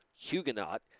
Huguenot